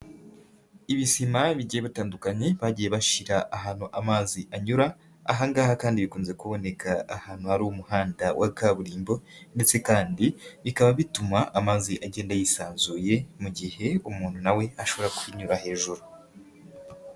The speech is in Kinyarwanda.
Ibisima bigiye bitandukanye, bagiye bashyira ahantu amazi anyura, ahangaha kandi bikunze kuboneka ahantu hari umuhanda wa kaburimbo ndetse kandi bikaba bituma amazi agenda yisanzuye, mu gihe umuntu nawe ashobora kunyura hejuru.